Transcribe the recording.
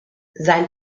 sein